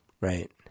Right